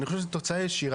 אני חושב שזו תוצאה ישירה.